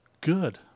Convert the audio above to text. Good